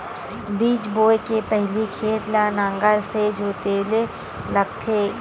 बीज बोय के पहिली खेत ल नांगर से जोतेल लगथे?